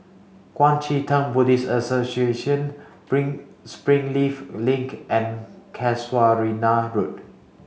Kuang Chee Tng Buddhist Association Bring Springleaf Link and Casuarina Road